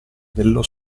dello